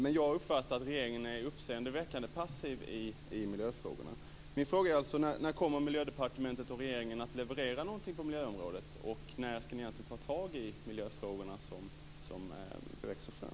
Jag har uppfattat att regeringen är uppseendeväckande passiv i miljöfrågorna. Min fråga är när Miljödepartementet och regeringen kommer att leverera någonting på miljöområdet och när ni skall ta tag i de miljöfrågor som växer fram.